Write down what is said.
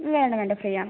വേണ്ട വേണ്ട ഫ്രീയാണ്